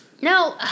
No